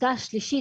הפסקה השלישית,